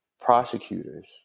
prosecutors